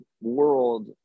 world